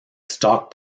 stock